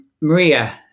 Maria